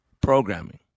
programming